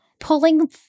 Pulling